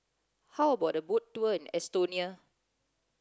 how about a boat tour in Estonia